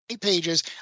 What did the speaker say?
pages